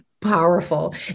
powerful